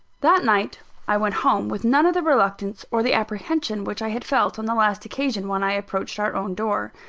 that night i went home with none of the reluctance or the apprehension which i had felt on the last occasion, when i approached our own door.